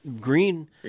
green